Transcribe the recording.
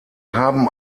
haben